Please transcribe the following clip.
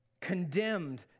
condemned